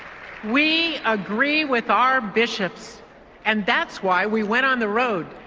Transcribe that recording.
we agree with our bishops and that's why we went on the road,